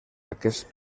aquests